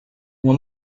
uma